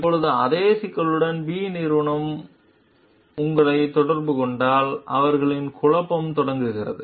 இப்போது அதே சிக்கலுடன் B நிறுவனம் உங்களைத் தொடர்புகொண்டால் அவர்களின் குழப்பம் தொடங்குகிறது